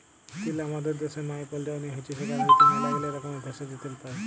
তিল হামাদের ড্যাশের মায়পাল যায়নি হৈচ্যে সেখাল হইতে ম্যালাগীলা রকমের ভেষজ, তেল পাই